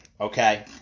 Okay